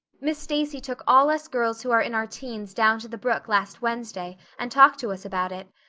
miss stacy took all us girls who are in our teens down to the brook last wednesday, and talked to us about it.